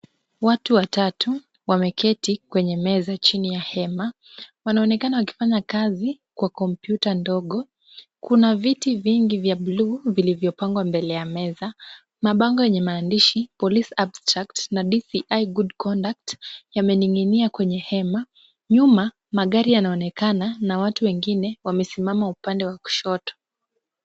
Watu watatu wameketi kwenye meza chini ya hema, wanaonekana wakifanya kazi kwa kompyuta ndogo. Kuna viti vingi vya bluu vilivyopangwa mbele ya meza, mabango yenye maandishi Police Abstract na DCI Good Conduct yamening'inia kwenye hema. Nyuma magari yanaonekana na watu wengine wamesimama upande wa kushoto.